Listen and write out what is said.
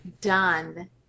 Done